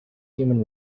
human